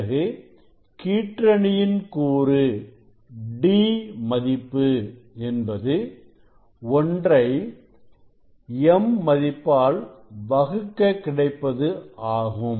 பிறகு கீற்றணியின் கூறு d மதிப்பு என்பது ஒன்றை m மதிப்பால் வகுக்கக் கிடைப்பது ஆகும்